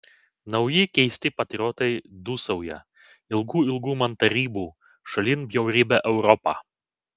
nauji keisti patriotai dūsauja ilgu ilgu man tarybų šalin bjaurybę europą